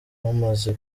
bamaze